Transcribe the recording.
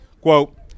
Quote